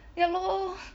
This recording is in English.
ya lor